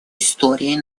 истории